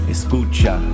Escucha